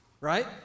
right